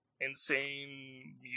insane